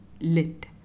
Lit